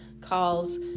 calls